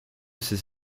ces